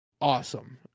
awesome